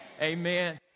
amen